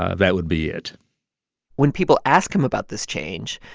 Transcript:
ah that would be it when people ask him about this change,